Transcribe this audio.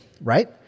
right